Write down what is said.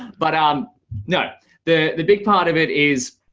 but i'm not the the big part of it is,